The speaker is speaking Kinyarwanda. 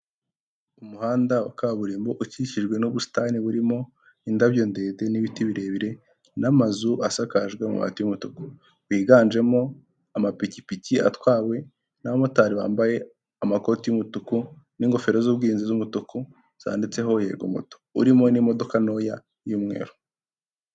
Umuhanda wa kaburimbo ukikijwe n'ubusitani burimo indabyo ndende n'ibiti birebire n'amazu asakajwe amabati y'umutuku, wiganjemo amapikipiki atwawe n'abamotari bambaye amakoti y'umutuku n'ingofero z'ubwirinzi z'umutuku zanditseho yego moto, urimo n'imodoka ntoya y'umweru.